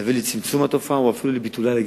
להביא לצמצום התופעה או אפילו לביטולה.